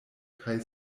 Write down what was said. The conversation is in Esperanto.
kaj